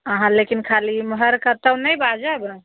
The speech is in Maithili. अहाँ लेकिन खाली एमहर कतहुँ नहि बाजब